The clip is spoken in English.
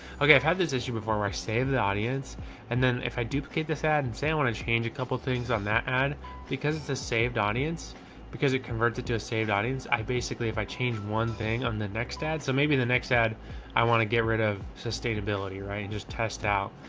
okay. i've had this issue before i saved the audience and then if i duplicate this ad and say i want to change a couple things on that ad because it's a saved audience because it converts it to a saved audience. i basically, if i changed one thing on the next dad, so maybe the next ad i want to get rid of sustainability. right? and just test out,